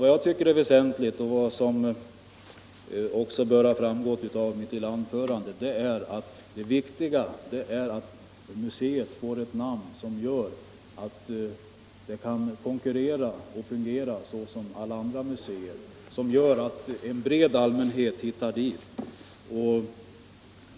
Det väsentliga tycker jag är — det bör ha framgått av mitt tidigare anförande — att museet får ett namn som gör att en bred allmänhet hittar dit så att det verkligen kan fungera som alla andra museer.